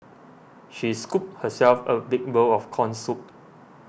she scooped herself a big bowl of Corn Soup